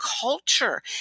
culture